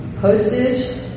Postage